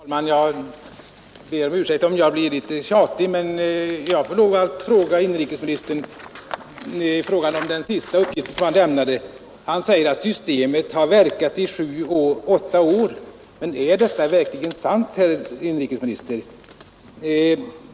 Fru talman! Jag ber om ursäkt ifall jag blir litet tjatig, men jag måste ställa ytterligare en fråga. Inrikesministern sade nu sist att systemet har verkat i sju åtta år. Är detta verkligen sant, herr inrikesminister?